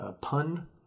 pun